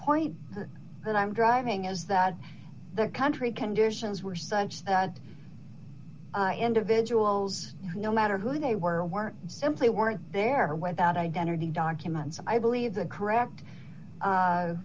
point that i'm driving is that the country conditions were such that individuals who no matter who they were weren't simply weren't there when that identity documents i believe the correct